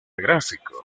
gráfico